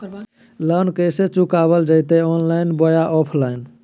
Loan कैसे चुकाबल जयते ऑनलाइन बोया ऑफलाइन?